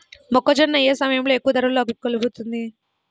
మొక్కజొన్న ఏ సమయంలో ఎక్కువ ధర పలుకుతుంది?